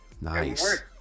Nice